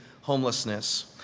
homelessness